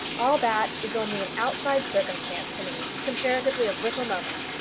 all that is only an outside circumstance to me, comparatively of little moment.